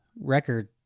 record